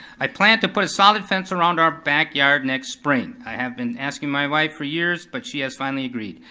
i plan to put a solid face around our backyard next spring. i have been asking my wife for years, but she has finally agreed.